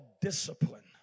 discipline